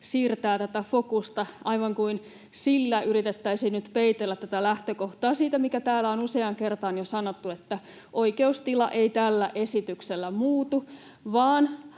siirtää tätä fokusta. Aivan kuin sillä yritettäisiin nyt peitellä tätä lähtökohtaa siitä, mikä täällä on useaan kertaan jo sanottu, että oikeustila ei tällä esityksellä muutu vaan